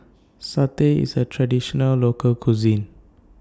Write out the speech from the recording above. Satay IS A Traditional Local Cuisine